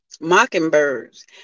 mockingbirds